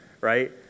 right